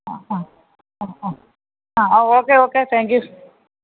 അ അ അ അ ആ ഓക്കെ ഓക്കെ താങ്ക് യു